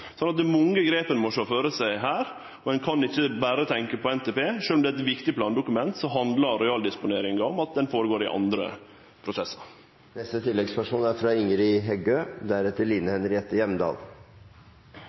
mange grep ein må sjå føre seg her, ein kan ikkje berre tenkje på NTP. Sjølv om det er eit viktig plandokument, handlar det om at arealdisponeringa går føre seg i andre prosessar. Ingrid Heggø – til oppfølgingsspørsmål. Samferdsel er